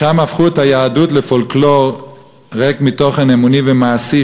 שם הפכו את היהדות לפולקלור ריק מתוכן אמוני ומעשי,